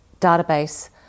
database